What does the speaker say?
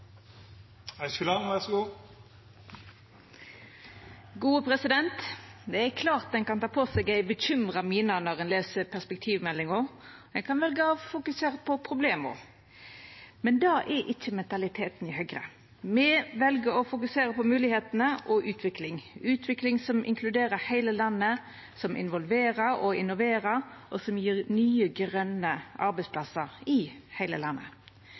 Det er klart at ein kan ta på seg ei bekymra mine når ein les perspektivmeldinga. Ein kan velja å fokusera på problema. Det er ikkje mentaliteten i Høgre. Me vel å fokusera på moglegheitene og utvikling – utvikling som inkluderer heile landet, som involverer og innoverer, og som gjev nye, grøne arbeidsplassar i heile landet.